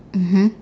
mmhmm